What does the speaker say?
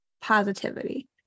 positivity